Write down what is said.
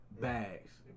Bags